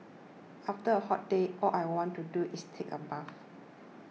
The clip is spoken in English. after a hot day all I want to do is take a bath